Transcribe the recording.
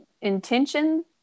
intention